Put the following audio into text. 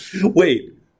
Wait